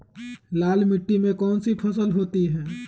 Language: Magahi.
लाल मिट्टी में कौन सी फसल होती हैं?